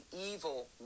evil